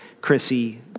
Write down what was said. Chrissy